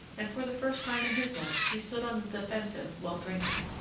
and for the first time in his life he stood on the defensive while drinking.